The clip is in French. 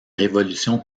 révolution